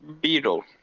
Beetle